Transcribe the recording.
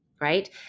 right